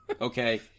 okay